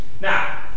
Now